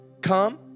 Come